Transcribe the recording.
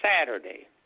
Saturday